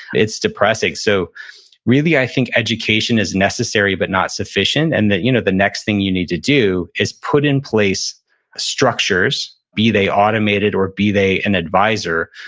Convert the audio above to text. it's depressing. so really, i think education is necessary, but not sufficient. and you know the next thing you need to do is put in place structures, be they automated or be they an advisor,